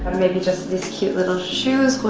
maybe just this cute little shoes,